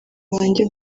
banjye